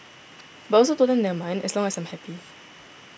but I also told them never mind as long as I am happy